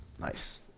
Nice